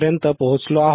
5KHz पोहोचलो आहोत